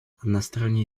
односторонние